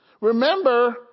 Remember